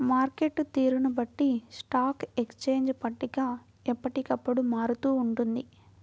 market తీరును బట్టి stock exchange పట్టిక ఎప్పటికప్పుడు మారుతూ ఉంటుంది